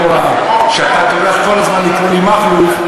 לאור זה שאתה טורח כל הזמן לקרוא לי מכלוף,